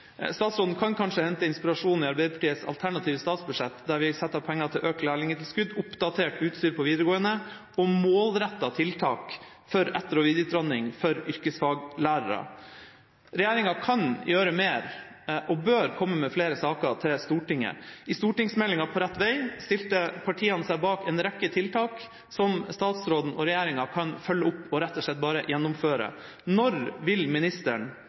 Statsråden kan kanskje hente inspirasjon i Arbeiderpartiets alternative statsbudsjett, der vi setter av penger til økt lærlingtilskudd, oppdatert utstyr på videregående og målrettede tiltak for etter- og videreutdanning for yrkesfaglærere. Regjeringa kan gjøre mer og bør komme med flere saker til Stortinget. I forbindelse med stortingsmeldingen På rett vei, stilte partiene seg bak en rekke tiltak som statsråden og regjeringa kan følge opp og rett og slett bare gjennomføre. Når vil ministeren